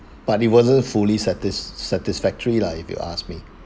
but it wasn't fully satis~ satisfactory lah if you ask me